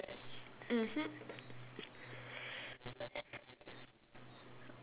mmhmm